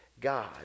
god